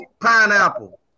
pineapple